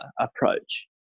approach